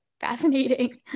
fascinating